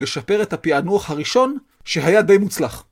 לשפר את הפענוח הראשון, שהיה די מוצלח.